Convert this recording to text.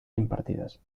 impartides